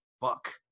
fuck